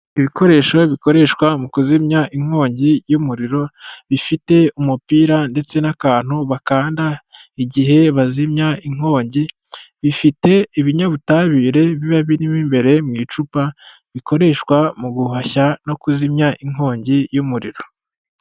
Ibikoresho bikoreshwa mu kuzimya inkongi y'umuriro, bifite umupira ndetse n'akantu bakanda igihe bazimya inkongi, bifite ibinyabutabire biba birimo imbere mu icupa, bikoreshwa mu guhashya no kuzimya inkongi y'umuriro.